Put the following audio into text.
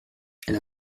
elle